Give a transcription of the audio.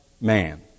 man